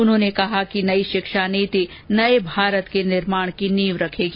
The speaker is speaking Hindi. उन्होंने कहा कि नई शिक्षा नीति नये भारत के निर्माण की नींव रखेगी